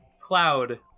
cloud